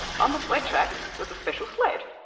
on the sled track was a special sled,